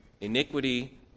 iniquity